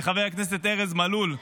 לחבר הכנסת ארז מלול,